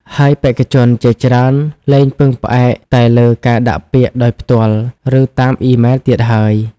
ហើយបេក្ខជនជាច្រើនលែងពឹងផ្អែកតែលើការដាក់ពាក្យដោយផ្ទាល់ ឬតាមអ៊ីមែលទៀតហើយ។